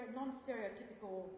non-stereotypical